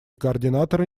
координаторы